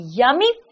yummy